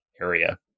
area